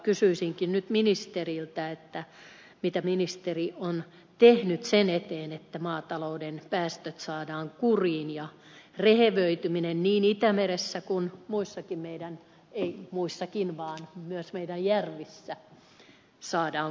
kysyisinkin nyt ministeriltä mitä ministeri on tehnyt sen eteen että maatalouden päästöt saadaan kuriin ja rehevöityminen niin itämeressä kuin muissakin meidän ei muissakin vaan myös meidän järvissä saadaan kuriin